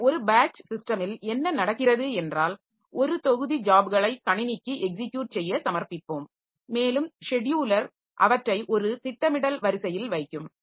எனவே ஒரு பேட்ச் சிஸ்டமில் என்ன நடக்கிறது என்றால் ஒரு தொகுதி ஜாப்களை கணினிக்கு எக்ஸிகியுட் செய்ய சமர்ப்பிப்போம் மேலும் ஷெட்யூலர் அவற்றை ஒரு திட்டமிடல் வரிசையில் வைக்கும்